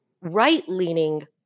right-leaning